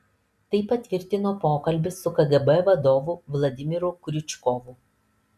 tai patvirtino pokalbis su kgb vadovu vladimiru kriučkovu